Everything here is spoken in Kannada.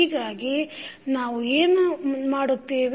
ಹೀಗಾಗಿ ನಾವು ಏನು ಮಾಡುತ್ತೇವೆ